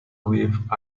with